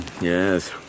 yes